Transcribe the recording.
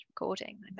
recording